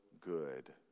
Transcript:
good